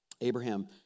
Abraham